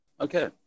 Okay